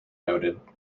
noted